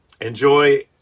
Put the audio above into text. Enjoy